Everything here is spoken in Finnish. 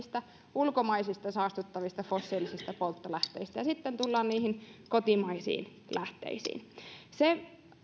ulkomaisista saastuttavista fossiilisista polttolähteistä ja sitten tulla niihin kotimaisiin lähteisiin se